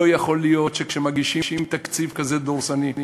לא יכול להיות שכשמגישים תקציב כזה דורסני,